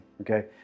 okay